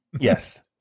Yes